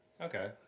Okay